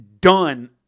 done